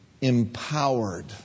empowered